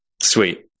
sweet